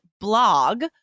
blog